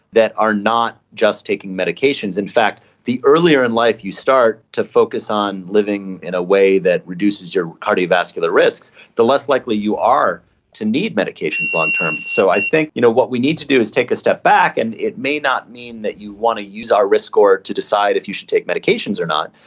that are not just taking medications. in fact the earlier in life you start to focus on living in a way that reduces your cardiovascular risks, the less likely you are to need medications long term. so i think you know what we need to do is take a step back, and it may not mean that you want to use our risk score to decide if you should take medications or not,